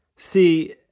See